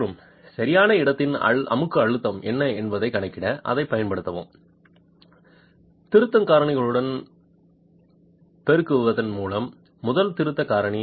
மற்றும் சரியான இடத்தின் அமுக்க அழுத்தம் என்ன என்பதைக் கணக்கிட அதைப் பயன்படுத்தவும் திருத்தம் காரணிகளுடன் பெருக்குவதன் மூலம் முதல் திருத்தம் காரணி